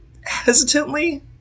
hesitantly